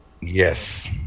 Yes